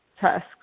tasks